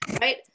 right